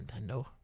Nintendo